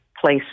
place